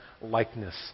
likeness